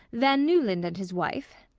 van newland and his wife.